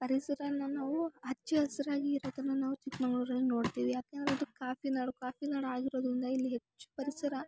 ಪರಿಸರನ ನಾವು ಹಚ್ಚ ಹಸಿರಾಗಿ ಇರೋದನ್ನು ನಾವು ಚಿಕ್ಕಮಗ್ಳೂರಲ್ ನೋಡ್ತಿವಿ ಯಾಕಂದ್ರೆ ಇದು ಕಾಫಿ ನಾಡು ಕಾಫಿ ನಾಡು ಆಗಿರೋದ್ರಿಂದ ಇಲ್ಲಿ ಹೆಚ್ಚು ಪರಿಸರ